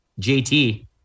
JT